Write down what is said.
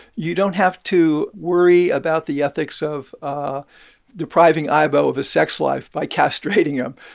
you don't have to worry about the ethics of ah depriving aibo of a sex life by castrating him.